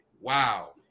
wow